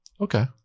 Okay